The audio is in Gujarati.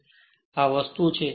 તેથી આ વસ્તુ છે